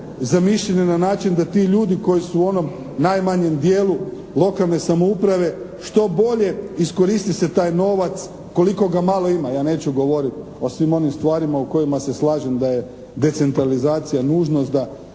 zamišljene na način da ti ljudi koji su u onom najmanjem dijelu lokalne samouprave što bolje iskoristi se taj novac, koliko ga malo ima. Ja neću govoriti o svim onim stvarima u kojima se slažem da je decentralizacija nužnost.